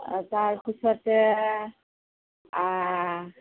তাৰপিছতে